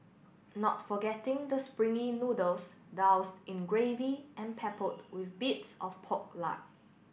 not forgetting the springy noodles doused in gravy and peppered with bits of pork lard